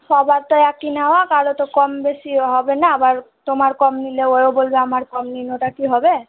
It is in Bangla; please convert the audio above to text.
সবার তো একই নেওয়া কারো তো কম বেশি হবে না আবার তোমার কম নিলে ওইও বললে আমার কম নিন ওটা কি হবে